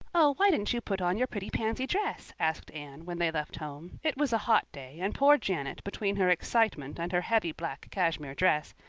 oh, why didn't you put on your pretty pansy dress? asked anne, when they left home. it was a hot day, and poor janet, between her excitement and her heavy black cashmere dress,